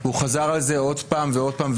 הוא חזר על זה עוד פעם ועוד פעם,